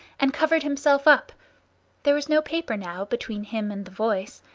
and covered himself up there was no paper now between him and the voice,